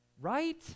Right